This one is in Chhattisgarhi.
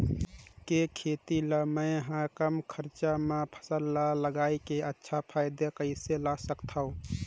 के खेती ला मै ह कम खरचा मा फसल ला लगई के अच्छा फायदा कइसे ला सकथव?